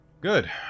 good